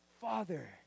father